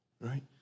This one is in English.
right